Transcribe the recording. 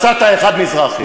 מצאת אחד, מזרחי.